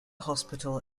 hospital